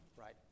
Right